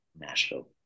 Nashville